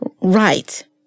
Right